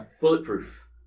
Bulletproof